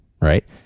Right